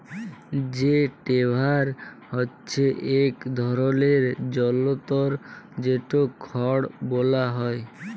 হে টেডার হচ্যে ইক ধরলের জলতর যেট খড় বলায়